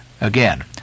Again